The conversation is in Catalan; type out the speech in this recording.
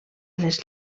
les